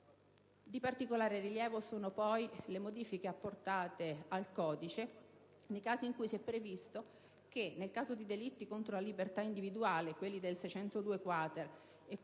Di particolare rilievo sono poi le modifiche apportate al codice nei casi in cui si è previsto che per i di delitti contro la libertà individuale - quelli del 602-*quater*